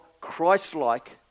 Christ-like